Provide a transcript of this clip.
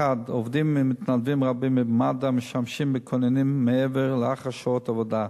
1. עובדים ומתנדבים רבים במד"א משמשים ככוננים מעבר ולאחר שעות העבודה.